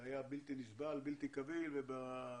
היה בלתי נסבל, בלתי